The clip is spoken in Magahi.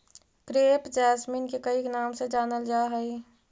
क्रेप जैसमिन के कईक नाम से जानलजा हइ